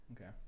okay